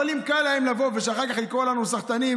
אבל אם קל להם לבוא ושאחר כך יקראו לנו סחטנים,